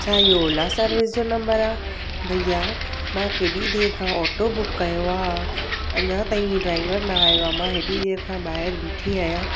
छा इहो ओला सर्विस जो नंबर आहे भईया मां केॾी देरि खां ऑटो बुक कयो आहे अञा ताईं ड्राइवर न आयो आहे मां हेॾी देरि खां ॿाहिरि बीठी आहियां